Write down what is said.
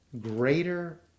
greater